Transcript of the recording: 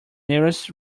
nearest